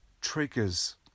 triggers